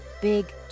Big